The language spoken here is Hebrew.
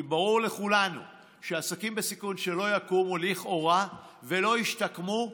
כי ברור לכולנו שעסקים בסיכון שלא יקומו לכאורה ולא ישתקמו,